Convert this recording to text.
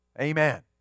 Amen